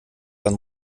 dann